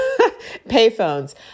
payphones